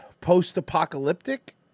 post-apocalyptic